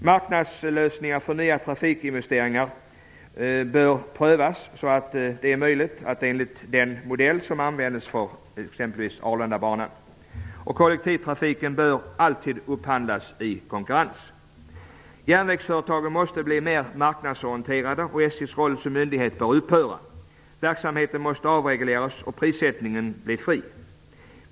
Marknadslösningar för nya trafikinvesteringar bör prövas där så är möjligt enligt den modell som användes för exempelvis Arlandabanan. Kollektivtrafiken bör alltid upphandlas i konkurrens. Järnvägsföretagen måste bli mer marknadsorienterade. SJ:s roll som myndighet bör upphöra. Verksamheten måste avregleras och prissättningen bli fri.